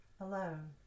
Alone